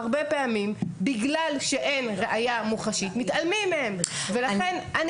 הרבה פעמים בגלל שאין ראיה מוחשית מתעלמים מהם ולכן אני